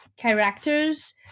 Characters